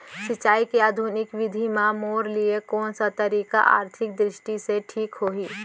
सिंचाई के आधुनिक विधि म मोर लिए कोन स तकनीक आर्थिक दृष्टि से ठीक होही?